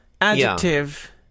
adjective